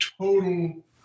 total